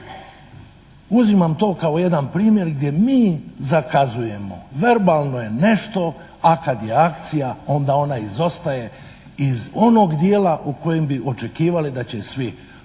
uzimam to kao jedan primjer gdje mi zakazujemo. Verbalno je nešto, a kad je akcija onda ona izostaje iz onog dijela u kojem bi očekivali da će svi roditelji,